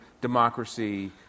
democracy